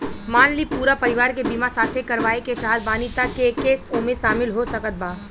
मान ली पूरा परिवार के बीमाँ साथे करवाए के चाहत बानी त के के ओमे शामिल हो सकत बा?